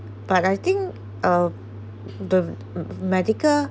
but I think uh the m~ medical